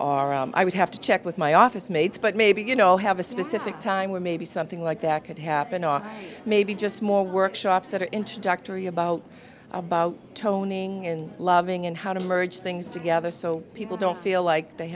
or i would have to check with my office mates but maybe you know have a specific time where maybe something like that could happen or maybe just more workshops that are introductory about toning and loving and how to merge things together so people don't feel like they